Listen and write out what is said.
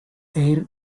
air